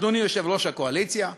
אדוני יושב-ראש הקואליציה?